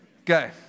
Okay